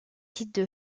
titre